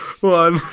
one